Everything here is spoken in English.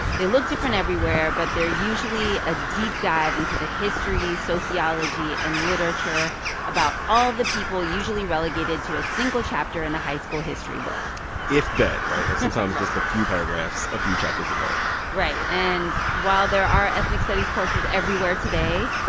they look different everywhere, but they're usually a deep dive into the history, sociology and literature about all the people usually relegated to a single chapter in a high school history book if that. right? like, sometimes just a few paragraphs, a few chapters apart right. and while there are ethnic studies courses everywhere today,